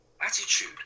attitude